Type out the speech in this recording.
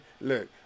Look